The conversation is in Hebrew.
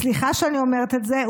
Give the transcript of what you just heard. סליחה שאני אומרת את זה,